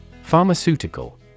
Pharmaceutical